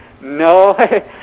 No